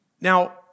Now